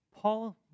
Paul